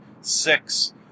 six